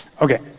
Okay